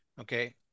Okay